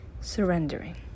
surrendering